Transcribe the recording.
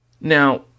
Now